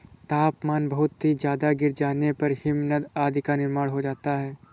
तापमान बहुत ही ज्यादा गिर जाने पर हिमनद आदि का निर्माण हो जाता है